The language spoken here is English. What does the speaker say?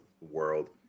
world